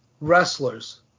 wrestlers